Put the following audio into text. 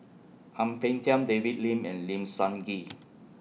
Ang Peng Tiam David Lim and Lim Sun Gee